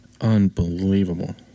unbelievable